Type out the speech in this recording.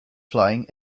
flying